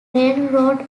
railroad